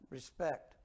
Respect